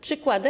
Przykłady?